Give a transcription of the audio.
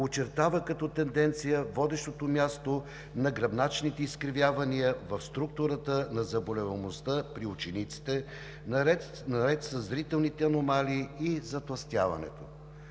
очертава като тенденция водещото място на гръбначните изкривявания в структурата на заболеваемостта при учениците, наред със зрителните аномалии и затлъстяването.